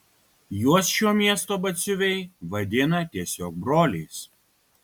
juos šio miesto batsiuviai vadina tiesiog broliais